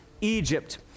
Egypt